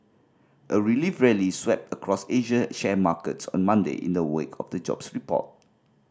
a relief rally swept across Asian share markets on Monday in the wake of the jobs report